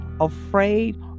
afraid